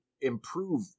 improve